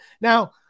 Now